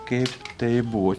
kaip tai buvo